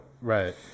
Right